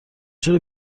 چرا